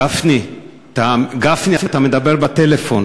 גפני, אתה מדבר בטלפון,